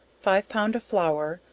five pound of flour,